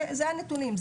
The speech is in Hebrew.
זה הנתונים.